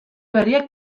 berriek